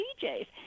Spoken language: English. djs